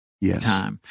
Yes